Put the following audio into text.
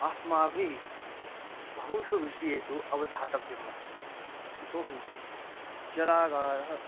अस्माभिः बहुषु विषयेषु अवधातव्यमस्ति यतोऽहि जलागारः